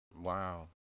Wow